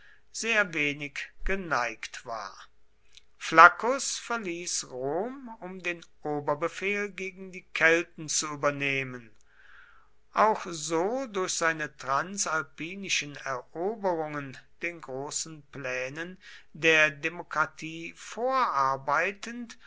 sehr wenig geneigt war flaccus verließ rom um den oberbefehl gegen die kelten zu übernehmen auch so durch seine transalpinischen eroberungen den großen plänen der demokratie vorarbeitend